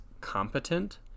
competent